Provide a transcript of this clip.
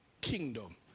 kingdom